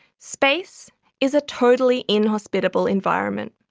space is a totally inhospitable environment.